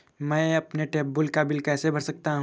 मैं अपने ट्यूबवेल का बिल कैसे भर सकता हूँ?